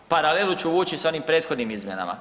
Paralelu ću vuči sa onim prethodnim izmjenama.